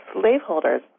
slaveholders